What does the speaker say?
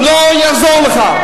לא יעזור לך.